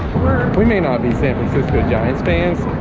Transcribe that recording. we may not be san francisco giants fans